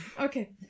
Okay